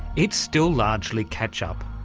it's still largely catch-up.